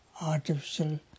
artificial